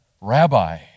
Rabbi